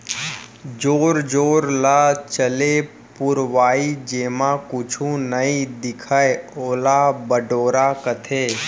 जोर जोर ल चले पुरवाई जेमा कुछु नइ दिखय ओला बड़ोरा कथें